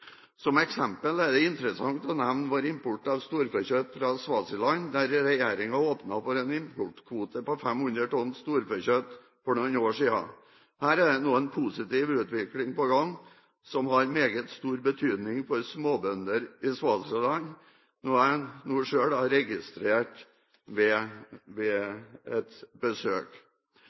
Som eksempel er det interessant å nevne vår import av storfekjøtt fra Swaziland. Regjeringen åpnet der for en importkvote på 500 tonn storfekjøtt for noen år siden. Her er det nå en positiv utvikling på gang, som har meget stor betydning for småbønder i Swaziland, noe jeg selv har registrert ved et besøk.